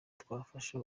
twafasha